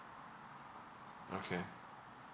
okay